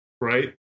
right